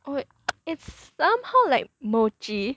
oh it's somehow like mochi